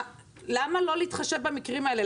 למה לא להתחשב במקרים האלה?